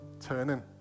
turning